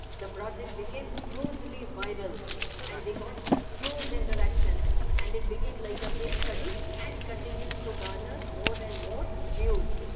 the project became hugely viral and they got huge interaction and it became like a case study which and continues to garner more and more views.